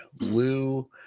Lou